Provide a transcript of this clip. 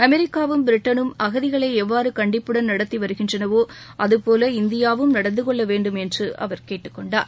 அமெரிக்காவும் பிரிட்டனும் அகதிகளை எவ்வாறு கண்டிப்புடன் நடத்தி வருகின்றனவோ அதுபோல இந்தியாவும் நடந்துகொள்ள வேண்டும் என்று அவர் கேட்டுக்கொண்டார்